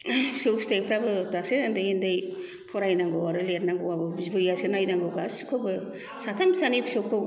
फिसौ फिथाइफ्राबो दासो उन्दै उन्दै फरायनांगौ आरो लिरनांगौआबो बिबैआसो नायनांगौ गासिखौबो साथाम फिसानि फिसौखौ